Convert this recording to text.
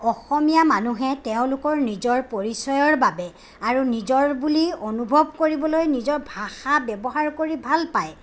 অসমীয়া মানুহে তেওঁলোকৰ নিজৰ পৰিচয়ৰ বাবে আৰু নিজৰ বুলি অনুভৱ কৰিবলৈ নিজৰ ভাষা ব্যৱহাৰ কৰি ভাল পায়